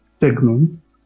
segments